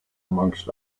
amongst